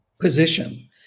position